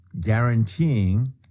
guaranteeing